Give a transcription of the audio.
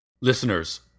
Listeners